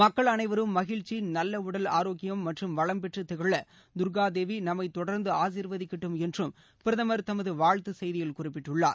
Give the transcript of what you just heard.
மக்கள் அனைவரும் மகிழ்ச்சி நல்ல உடல் ஆரோக்கியம் மற்றும் வளம் பெற்று திகழ துர்கா தேவி நம்மை தொடர்ந்து ஆசிர்வதிக்கட்டும் என்றும் பிரதமர் தமது வாழ்த்து செய்தியில் குறிப்பிட்டுள்ளார்